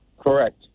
Correct